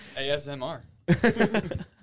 ASMR